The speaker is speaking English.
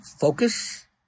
Focus